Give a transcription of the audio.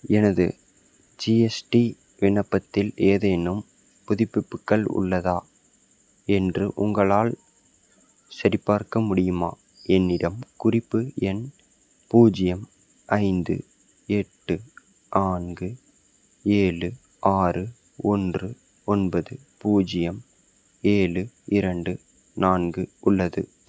எனது ஜிஎஸ்டி விண்ணப்பத்தில் ஏதேனும் புதுப்பிப்புக்கள் உள்ளதா என்று உங்களால் சரிபார்க்க முடியுமா என்னிடம் குறிப்பு எண் பூஜ்ஜியம் ஐந்து எட்டு எட்டு நான்கு ஏழு ஆறு ஒன்று ஒன்பது பூஜ்ஜியம் ஏழு இரண்டு நான்கு உள்ளது